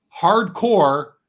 hardcore